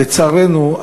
לצערנו,